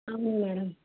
అవునా మేడం